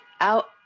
out